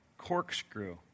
Corkscrew